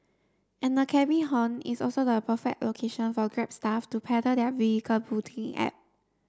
and the cabby haunt is also the perfect location for Grab staff to peddle their vehicle booking app